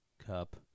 cup